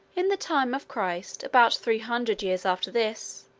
in the time of christ, about three hundred years after this,